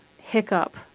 hiccup